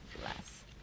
bless